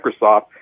Microsoft